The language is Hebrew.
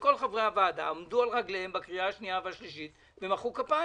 וכל חברי הוועדה עמדו על רגליהם בקריאה השנייה והשלישית ומחאו כפיים.